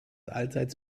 allseits